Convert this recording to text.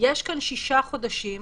יש כאן שישה חודשים,